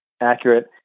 accurate